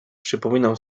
przypominam